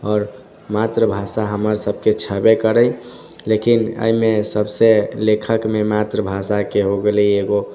आओर मातृभाषा हमरा सबके छैबे करै लेकिन एहिमे सबसे लेखकमे मातृभाषाके हो गेलै एगो